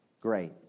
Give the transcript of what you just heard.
Great